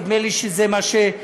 נדמה לי שזה מה שנקבע,